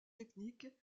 technique